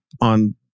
on